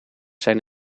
zijn